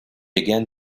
again